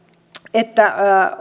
että